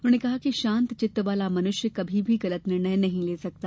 उन्होंने कहा कि शांत चित्त वाला मनुष्य कभी गलत निर्णय नहीं ले सकता